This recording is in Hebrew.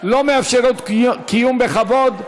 אינן מאפשרות קיום בכבוד,